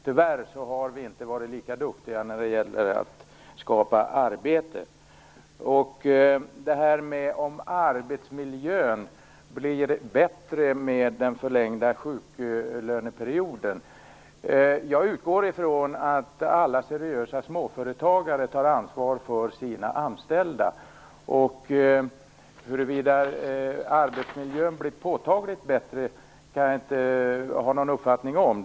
Tyvärr har vi inte varit lika duktiga när det gäller att skapa arbeten. Frågan har ställts om arbetsmiljön blir bättre med en förlängd sjuklöneperiod. Jag utgår från att alla seriösa småföretagare tar ansvar för sina anställda. Huruvida arbetsmiljön blir påtagligt bättre kan jag inte ha någon uppfattning om.